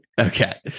Okay